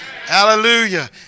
Hallelujah